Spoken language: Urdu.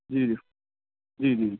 جی جی جی جی